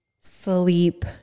sleep